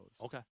Okay